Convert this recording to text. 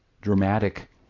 dramatic